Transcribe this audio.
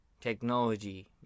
technology